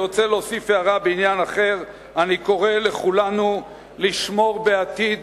אני רוצה להוסיף הערה בעניין אחר: אני קורא לכולנו לשמור בעתיד,